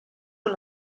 con